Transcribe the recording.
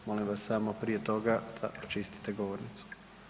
Molim vas samo prije toga da počistite govornicu.